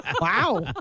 Wow